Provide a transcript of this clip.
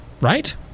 Right